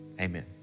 amen